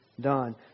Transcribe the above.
done